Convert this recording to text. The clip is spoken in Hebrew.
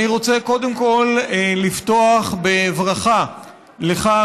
אני רוצה קודם כול לפתוח בברכה לך,